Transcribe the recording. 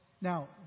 Now